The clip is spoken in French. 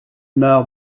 meurt